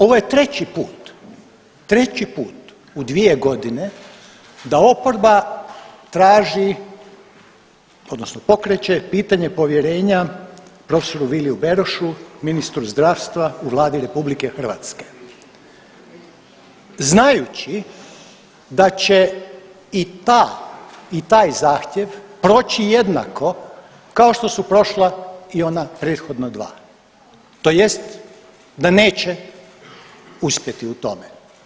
Ovo je treći put, treći put u dvije godine da oporba traži odnosno pokreće pitanje povjerenja prof. Viliju Berošu ministru zdravstva u Vladi RH znajući da će i ta i taj zahtjev proći jednako kao što su prošla i ona prethodna dva tj. da neće uspjeti u tome.